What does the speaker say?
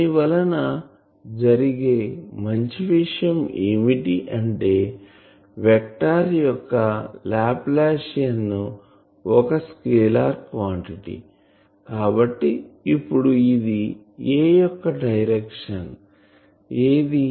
దీని వలన జరిగే మంచి విషయం ఏమిటి అంటే వెక్టార్ యొక్క లాప్లాషియన్ ఒక స్కేలార్ క్వాంటిటీ కాబట్టి ఇప్పుడు ఇది A యొక్క డైరెక్షన్ ఏది